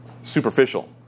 Superficial